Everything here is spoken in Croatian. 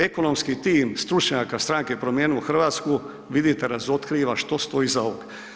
Ekonomski tim stručnjaka stranke Promijenimo Hrvatsku vidite razotkriva što stoji iza ovog.